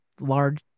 large